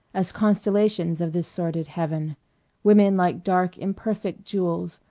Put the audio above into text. as constellations of this sordid heaven women like dark imperfect jewels,